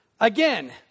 again